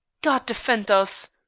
god defend us!